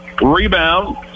Rebound